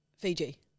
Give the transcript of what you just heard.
Fiji